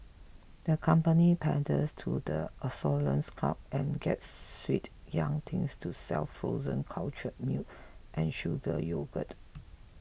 the company panders to the adolescents crowd and gets sweet young things to sell frozen cultured milk and sugar yogurt